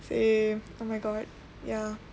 same oh my god ya